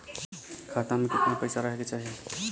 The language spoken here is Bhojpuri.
खाता में कितना पैसा रहे के चाही?